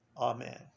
Amen